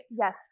Yes